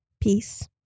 peace